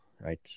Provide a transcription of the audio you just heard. right